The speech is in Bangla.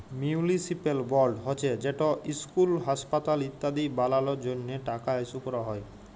মিউলিসিপ্যাল বল্ড হছে যেট ইসকুল, হাঁসপাতাল ইত্যাদি বালালর জ্যনহে টাকা ইস্যু ক্যরা হ্যয়